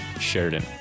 Sheridan